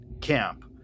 camp